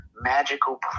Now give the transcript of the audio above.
Magical